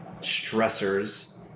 stressors